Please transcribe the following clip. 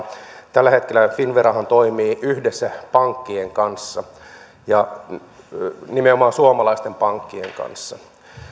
tällä hetkellähän finnvera toimii yhdessä pankkien kanssa nimenomaan suomalaisten pankkien kanssa ja